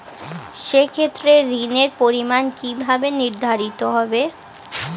সে ক্ষেত্রে ঋণের পরিমাণ কিভাবে নির্ধারিত হবে?